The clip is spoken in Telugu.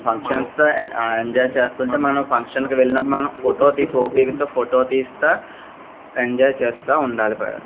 ఫంక్షన్స్లో ఎంజాయ్ చేస్తుంటే మనం ఫంక్షన్కి వెళ్ళినప్పు మనం ఫోటో తీసి ఓపికతో ఫోటో తీస్తూ ఎంజాయ్ చేస్తూ ఉండాలి